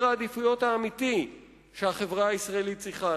העדיפויות האמיתי שהחברה הישראלית צריכה.